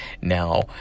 Now